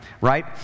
right